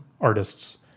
artists